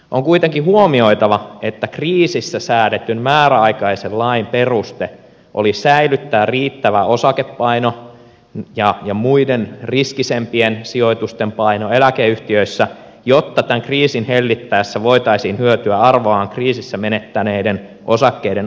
on kuitenkin huomioitava että kriisissä säädetyn määräaikaisen lain peruste oli säilyttää riittävä osakepaino ja muiden riskisempien sijoitusten paino eläkeyhtiöissä jotta tämän kriisin hellittäessä voitaisiin hyötyä arvoaan kriisissä menettäneiden osakkeiden arvonnoususta